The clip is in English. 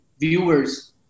viewers